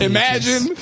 Imagine